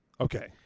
Okay